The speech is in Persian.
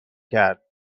کرد